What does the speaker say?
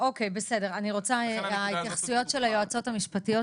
אני רוצה את ההתייחסויות של היועצות המשפטיות,